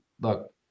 look